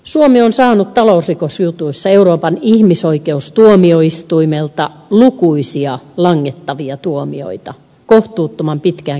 suomi on saanut talousrikosjutuissa euroopan ihmisoikeustuomioistuimelta lukuisia langettavia tuomioita kohtuuttoman pitkään kestäneistä oikeudenkäynneistä